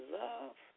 love